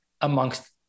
amongst